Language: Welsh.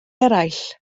eraill